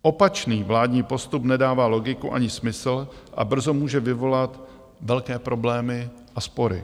Opačný vládní postup nedává logiku ani smysl a brzo může vyvolat velké problémy a spory.